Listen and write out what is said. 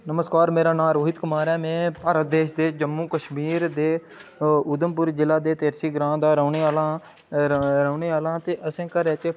नमस्कार मेरा नांऽ रोहित कुमार ऐ में भारत देश दे जम्मू कशमीर दे उधमपुर जिला दे तिरछी ग्रांऽ दा रौह्ने आह्ला आं ते रौह्ने आह्ला ते असें घरें च